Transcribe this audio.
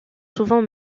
souvent